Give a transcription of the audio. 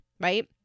right